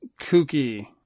kooky